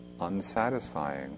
unsatisfying